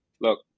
look